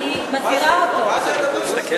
מה זה הדבר הזה?